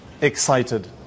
excited